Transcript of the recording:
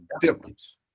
difference